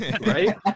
right